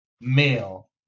male